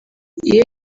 iyo